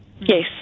Yes